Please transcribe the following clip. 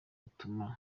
utuma